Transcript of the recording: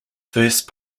first